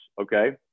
okay